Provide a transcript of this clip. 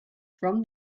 from